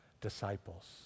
disciples